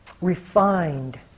refined